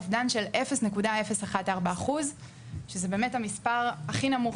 אובדן של 0.014% שזה באמת המספר הכי נמוך